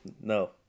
No